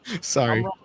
Sorry